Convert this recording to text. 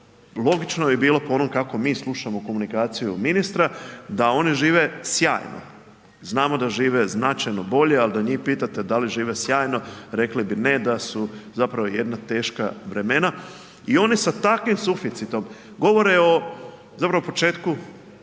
logično bi bilo po onom kako mi slušamo komunikaciju ministra da oni žive sjajno. Znamo da žive značajno bolje ali da njih pitate da li žive sjajno, rekli bi ne, da su zapravo jedna teška vremena. I oni sa takvim suficitom govore o zapravo početku